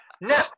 No